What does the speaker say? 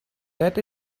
that